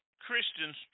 Christians